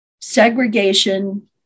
segregation